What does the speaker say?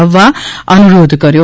આવવા અનુરોધ કર્યો